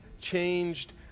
changed